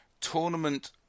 tournament